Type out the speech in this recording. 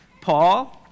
Paul